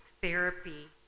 therapy